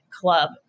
club